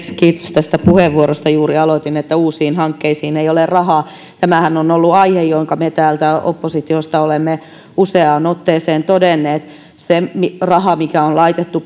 tästä puheenvuorosta juuri aloitin että uusiin hankkeisiin ei ole rahaa tämähän on ollut aihe jonka me täältä oppositiosta olemme useaan otteeseen todenneet se raha mikä on laitettu